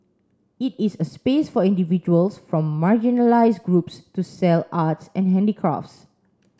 it is a space for individuals from marginalised groups to sell arts and handicrafts